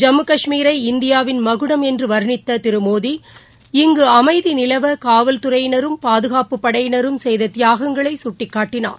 ஜம்மு கஷ்மீரை இந்தியாவின் மகுடம் என்று வாணித்த திரு மோடி இங்கு அமைதி நிலவ காவல்துறையினரும் பாதுகாப்புப் படையினரும் செய்த தியாகங்களை சுட்டிக்காட்டினார்